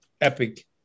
epic